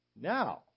Now